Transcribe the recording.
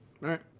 right